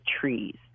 trees